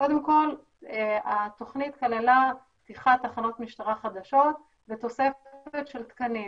קודם כל התוכנית כללה פתיחת תחנות משטרה חדשות ותוספת של תקנים.